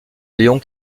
léon